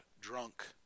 drunk